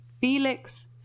Felix